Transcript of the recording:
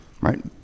right